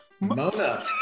Mona